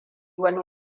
wani